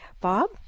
Bob